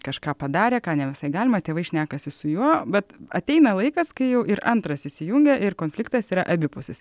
kažką padarė ką ne visai galima tėvai šnekasi su juo bet ateina laikas kai jau ir antras įsijungia ir konfliktas yra abipusis